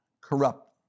corrupt